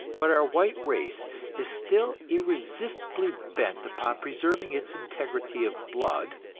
but our white race is still irresistibly bent upon preserving its integrity of blood,